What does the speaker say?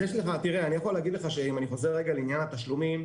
אני יכול להגיד לך שאם אני חוזר רגע לעניין התשלומים,